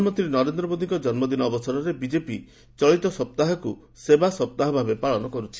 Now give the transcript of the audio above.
ପ୍ରଧାନମନ୍ତ୍ରୀ ନରେନ୍ଦ୍ର ମୋଦୀଙ୍କ ଜନ୍ମଦିନ ଅବସରରେ ବିଜେପି ଚଳିତ ସପ୍ତାହକୁ ସେବା ସପ୍ତାହ ଭାବେ ପାଳନ କରିଛି